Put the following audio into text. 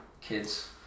kids